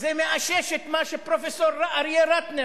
אדוני היושב-ראש,